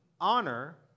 honor